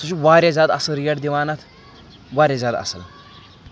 سُہ چھُ واریاہ زیادٕ اَصٕل ریٹ دِوان اَتھ واریاہ زیادٕ اَصٕل